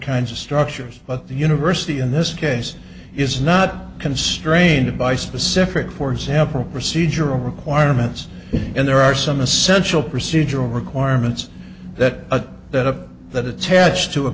kinds of structures but the university in this case is not constrained by specific for example procedural requirements and there are some essential procedural requirements that a bit of that attached to a